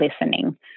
listening